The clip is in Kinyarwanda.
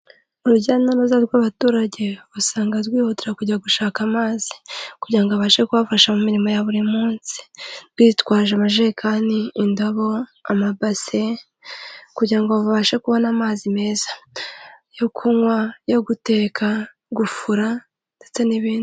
Urujya n'uruza rw'abaturage, usanga rwihutira kujya gushaka amazi kugira ngo abashe kubafasha mu mirimo ya buri munsi, bitwaje amajerekani, indobo, amabase, kugira ngo babashe kubona amazi meza yo kunywa, yo guteka, gufura ndetse n'ibindi.